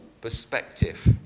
perspective